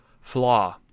Flaw